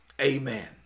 Amen